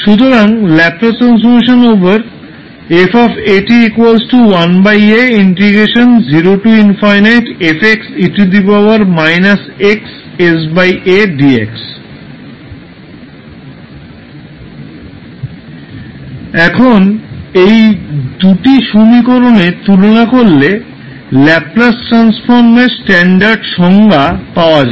সুতরাং ℒ 𝑓 𝑎𝑡 এখন এই দুটি সমীকরণের তুলনা করলে ল্যাপলাস ট্রান্সফর্মের স্ট্যান্ডার্ড সংজ্ঞা পাওয়া যাবে